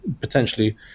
potentially